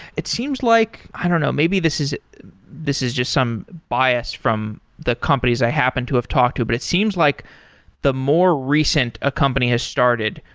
it seems like, i don't know, maybe this is this is just some bias from the companies i happen to have talked to, but it seems like the more recent a company has started,